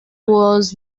was